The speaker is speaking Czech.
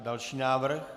Další návrh.